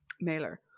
Mailer